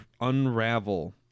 unravel